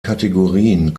kategorien